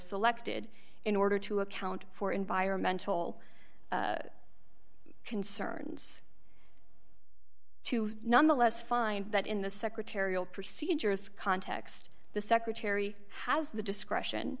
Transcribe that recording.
selected in order to account for environmental concerns to nonetheless find that in the secretarial procedures context the secretary has the discretion